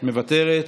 נא להצביע.